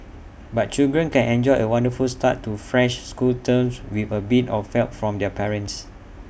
but children can enjoy A wonderful start to fresh school terms with A bit of felt from their parents